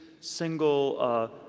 single